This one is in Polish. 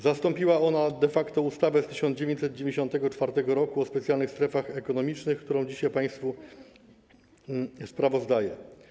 Zastąpiła ona de facto ustawę z 1994 r. o specjalnych strefach ekonomicznych, którą dzisiaj państwu sprawozdaję.